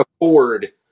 afford